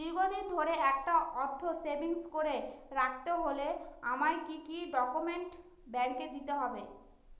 দীর্ঘদিন ধরে একটা অর্থ সেভিংস করে রাখতে হলে আমায় কি কি ডক্যুমেন্ট ব্যাংকে দিতে হবে?